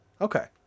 okay